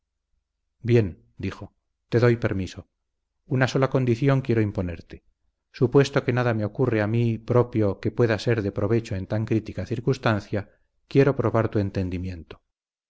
bien dijo te doy permiso una sola condición quiero imponerte supuesto que nada me ocurre a mí propio que pueda ser de provecho en tan crítica circunstancia quiero probar tu entendimiento